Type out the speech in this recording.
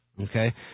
Okay